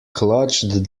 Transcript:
clutched